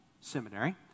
seminary